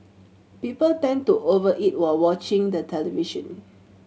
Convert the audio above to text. people tend to over eat while watching the television